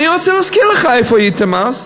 אני רוצה להזכיר לך איפה הייתם אז.